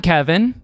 Kevin